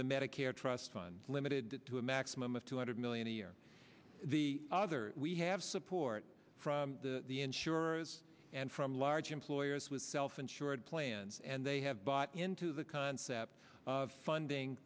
the medicare trust fund limited to a maximum of two hundred million a year the other we have support from the insurers and from large employers with self insured plans and they have bought into the concept of funding